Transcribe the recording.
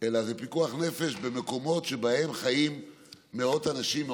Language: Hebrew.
אלא זה פיקוח נפש במקומות שבהם חיים מאות אנשים,